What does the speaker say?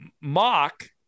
Mock